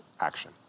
action